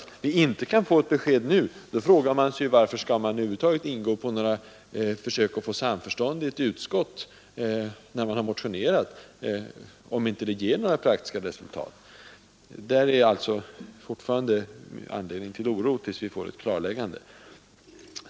Kan vi inte få det, måste man fråga sig varför man över huvud taget skall försöka nå samförstånd i ett utskott. Det ger ju i så fall inte några praktiska resultat. Där finns alltså fortfarande anledning till oro tills vi får ett klarläggande.